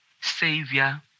savior